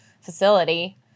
facility